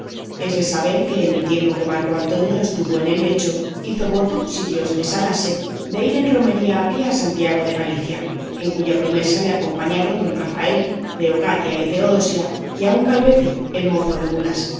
es de saber que en el tiempo que marco antonio estuvo en el lecho hizo voto si dios le sanase de ir en romería a pie a santiago de galicia en cuya promesa le acompañaron don rafael leocadia y teodosia y aun calvete el mozo de mulas